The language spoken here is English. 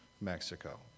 Mexico